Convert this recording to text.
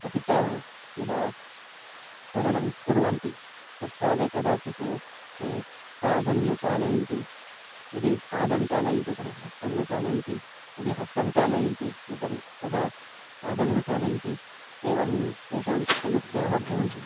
अपि च यदा तरणं कुर्वन्ति तत्काले कदाचित् ते पादं न चालयन्ति यदि पादं चालयन्ति तर्हि हस्तं न चालयन्ति यदि हस्तं चालयन्ति तर्हि तदा पादं न चालयन्ति एवं तेषां समस्याः भवन्ति